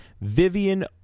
Vivian